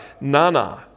Nana